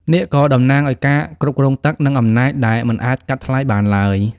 នាគក៏តំណាងឱ្យការគ្រប់គ្រងទឹក និងអំណាចដែលមិនអាចកាត់ថ្លៃបានឡើយ។